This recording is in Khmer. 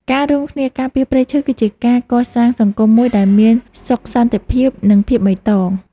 ការរួមគ្នាការពារព្រៃឈើ គឺជាការកសាងសង្គមមួយដែលមានសុខសន្តិភាព និងភាពបៃតង។